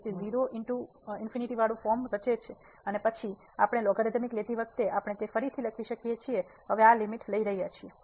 તેથી 0 ×∞ ફોર્મ રચે છે અને પછી આપણે લોગોરિધમિક લેતી વખતે આપણે તે ફરીથી લખી શકીએ છીએ હવે અમે લીમીટ લઈ રહ્યા છીએ